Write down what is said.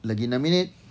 lagi enam minit